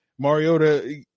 Mariota